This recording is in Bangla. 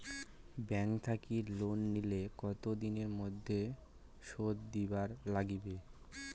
ব্যাংক থাকি লোন নিলে কতো দিনের মধ্যে শোধ দিবার নাগিবে?